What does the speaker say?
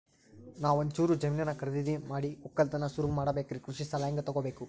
ನಾ ಒಂಚೂರು ಜಮೀನ ಖರೀದಿದ ಮಾಡಿ ಒಕ್ಕಲತನ ಸುರು ಮಾಡ ಬೇಕ್ರಿ, ಕೃಷಿ ಸಾಲ ಹಂಗ ತೊಗೊಬೇಕು?